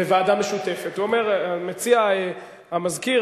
לוועדה משותפת מציע המזכיר,